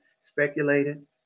speculated